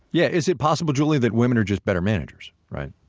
yeah is it possible, julie, that women are just better managers, right?